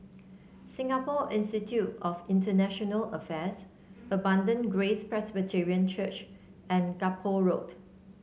Singapore Institute of International Affairs Abundant Grace Presbyterian Church and Gallop Road